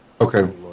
Okay